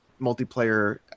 multiplayer